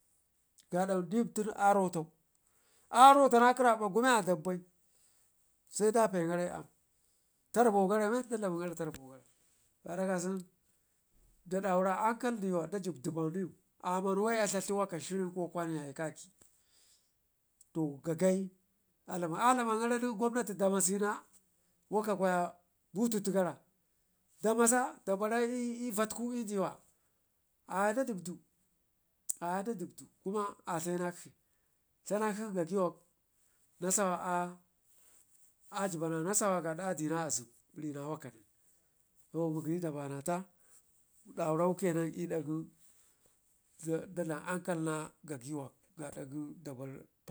gaada nem tunu arotau arotana gərabakgu wun adabbai sai dapai aam, tarbo gara men da dlamin gara men da dlamin gare tarbo gara gaada kasən da dauri hankaldiwab da jib diba nemamman wai a dladli waka shirin ko kwanyaye kwakə, to gagai a dlam adlaman garanen gwamnati na masena waka kwaya bututu gara da masa da beri i'vatku i'diwa ayada dibdu kuma dlayin gara dlanakshin gagə wak nasawa a jiba na nasawa a jibana nasawa har adina azem re nawaka nen to mugəyi da banata daurau ke nen i'dak gən da dlam ankal na na gagəwak gaada gen da bar pata.